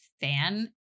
fan